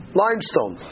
limestone